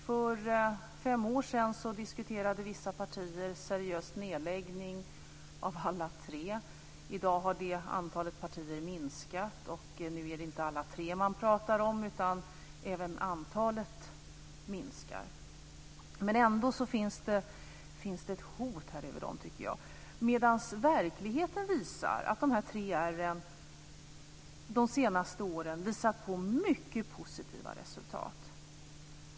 För fem år sedan diskuterade vissa partier seriöst nedläggning av alla tre. I dag har detta antal partier minskat, så nu är det inte alla tre man talar om. Men ändå finns det ett hot över dem, tycker jag, trots att verkligheten visar att de tre r:en de senaste åren visat på mycket positiva resultat.